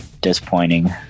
disappointing